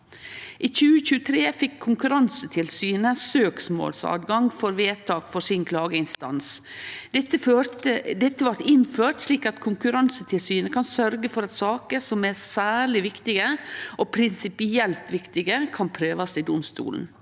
I 2023 fekk Konkurransetilsynet søksmålsadgang for vedtak på sin klageinstans. Dette blei innført slik at Konkurransetilsynet kan sørgje for at saker som er særleg viktige, og prinsipielt viktige, kan prøvast i domstolen.